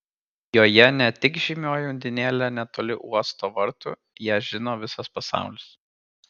joje ne tik žymioji undinėlė netoli uosto vartų ją žino visas pasaulis